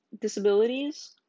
disabilities